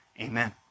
Amen